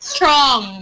Strong